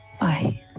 Bye